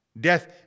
Death